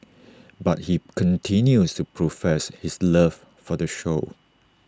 but he continues to profess his love for the show